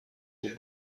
خوب